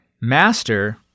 Master